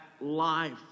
life